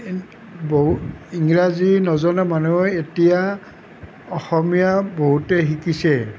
ইংৰাজী নজনা মানুহে এতিয়া অসমীয়া বহুতে শিকিছে